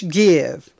give